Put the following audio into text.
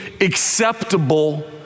acceptable